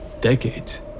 Decades